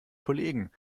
kollegen